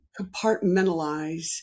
compartmentalize